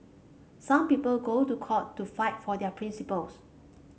some people go to court to fight for their principles